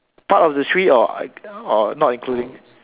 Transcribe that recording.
part of the three or or not including